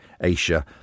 Asia